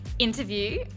interview